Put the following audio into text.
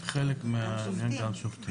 חלק מהם גם שופטים.